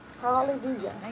hallelujah